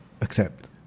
accept